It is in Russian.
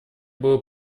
было